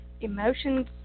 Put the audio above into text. emotions